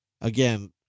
Again